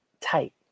tight